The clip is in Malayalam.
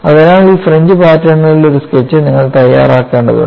അതിനാൽ ഈ ഫ്രിഞ്ച് പാറ്റേണുകളുടെ ഒരു സ്കെച്ച് നിങ്ങൾ തയ്യാറാക്കേണ്ടതുണ്ട്